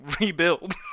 rebuild